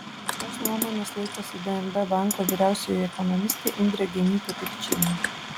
panašios nuomonės laikosi dnb banko vyriausioji ekonomistė indrė genytė pikčienė